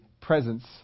presence